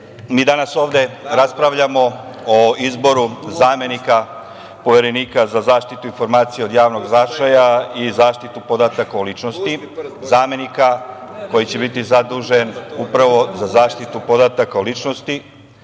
mi danas ovde raspravljamo o izboru zamenika Poverenika za zaštitu informacija od javnog značaja i zaštitu podataka o ličnosti, zamenika koji će biti zadužen upravo za zaštitu podataka o ličnosti,